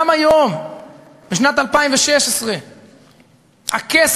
המפעלים מחר בבוקר, כמה שנתאמץ כולנו, בערבה,